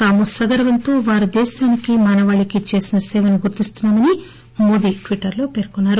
తాము సగర్భంతో వారు దేశానికి మానవాళికి చేసిన సేవను గుర్తిస్తున్నా మని మోదీ ట్విట్టర్లో పేర్కొన్నారు